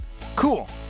Cool